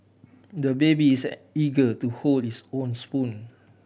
the baby is eager to hold his own spoon